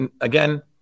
again